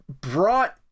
brought